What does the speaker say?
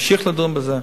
נמשיך לדון בזה.